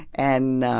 and,